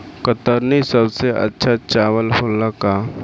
कतरनी सबसे अच्छा चावल होला का?